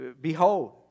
behold